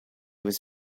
was